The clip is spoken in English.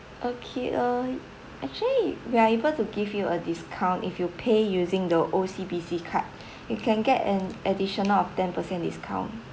okay uh actually we are able to give you a discount if you pay using the O_C_B_C card you can get an additional of ten percent discount